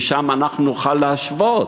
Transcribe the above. כי שם נוכל להשוות,